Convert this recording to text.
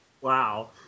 Wow